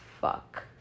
fuck